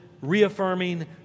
reaffirming